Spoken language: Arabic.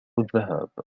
الذهاب